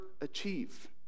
achieve